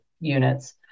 units